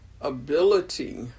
ability